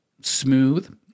Smooth